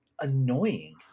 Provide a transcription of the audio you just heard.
annoying